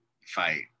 fight